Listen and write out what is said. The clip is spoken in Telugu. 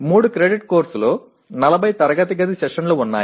3 క్రెడిట్ కోర్సులో 40 తరగతి గది సెషన్లు ఉన్నాయి